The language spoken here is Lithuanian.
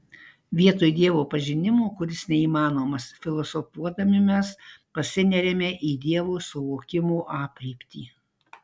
vietoj dievo pažinimo kuris neįmanomas filosofuodami mes pasineriame į dievo suvokimo aprėptį